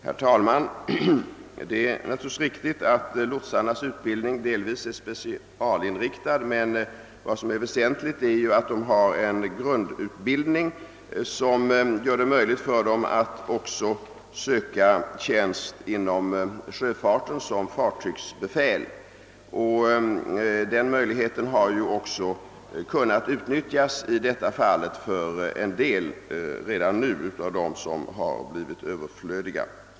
Herr talman! Det är naturligtvis riktigt att lotsarnas utbildning delvis är specialinriktad, men vad som är väsentligt är ju att de har en grundutbildning som gör det möjligt för dem att också söka tjänst inom sjöfarten som fartygsbefäl. Den möjligheten har ju också en del av dem som blivit överflödiga redan nu kunnat utnyttja.